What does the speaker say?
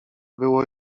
było